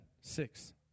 six